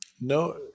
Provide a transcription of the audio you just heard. no